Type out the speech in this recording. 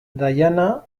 diana